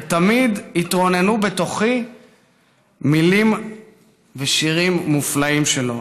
ותמיד התרוננו בתוכי מילים ושירים מופלאים שלו.